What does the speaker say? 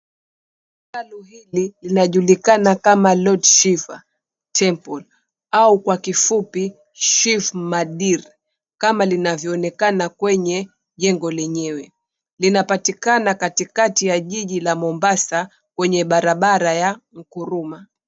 Hekalu hili lina julikana kama Lord Shivah Temple au kwa kifupi "Shiv Mandir," kama linavyoonekana kwenye jengo lenyewe. Linapatikana katikati ya jiji la Mombasa kwenye barabara ya Nkurumah.